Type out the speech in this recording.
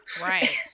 right